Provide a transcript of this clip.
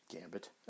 Gambit